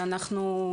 ואנחנו,